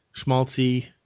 schmaltzy